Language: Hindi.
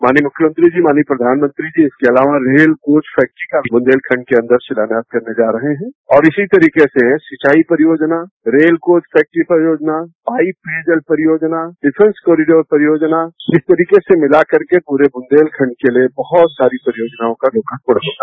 माननीय मुख्यमंत्री जी माननीय प्रधानमंत्री जी इसके अलावा रेल कोच फैक्ट्री का बुन्देलखंड के अन्दर शिलान्यास करने जा रहे है और इसी तरके से सिंचाई परियोजना रेल कोच डिफंस कॉरिडोर परियोजना इस तरीके से मिलाकर के पूरे बुन्देलखंड के लिये बहुत सारी परियोजनाओं का लोकार्पण होगा